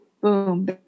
Boom